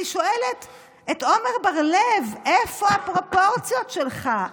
אני שואלת את עמר בר לב: איפה הפרופורציות שלך,